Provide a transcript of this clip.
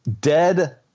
dead